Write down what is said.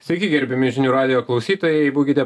sveiki gerbiami žinių radijo klausytojai būkite